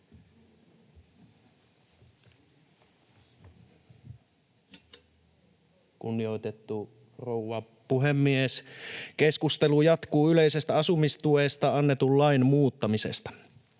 Kunnioitettu rouva puhemies! Keskustelu jatkuu yleisestä asumistuesta annetun lain muuttamisesta.